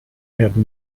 had